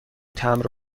تمبر